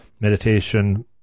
meditation